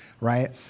right